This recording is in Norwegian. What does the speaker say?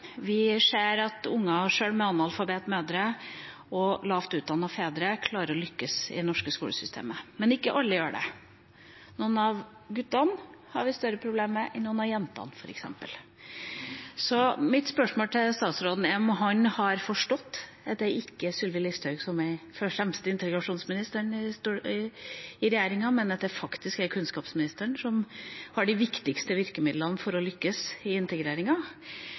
ser at sjøl unger med analfabetiske mødre og lavt utdannede fedre klarer å lykkes i det norske skolesystemet. Men ikke alle gjør det. Noen av guttene har vi større problemer med enn noen av jentene, f.eks. Mitt spørsmål til statsråden er om han har forstått at det ikke er Sylvi Listhaug som er den fremste integreringsministeren i regjeringa, men at det faktisk er kunnskapsministeren som har de viktigste virkemidlene for å lykkes i